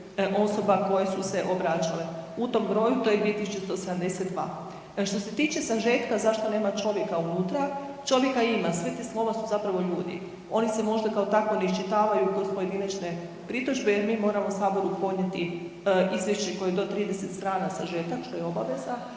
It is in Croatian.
osoba koje su se obraćale. U tom broju to je 2.172. Što se tiče sažetka zašto nema čovjeka unutra, čovjeka ima, sva ta slova su zapravo ljudi, oni se možda kao takvi ne iščitavaju kroz pojedinačne pritužbe jer mi moramo saboru podnijeti saboru izvješće koje do 30 strana sažetak što je obaveza,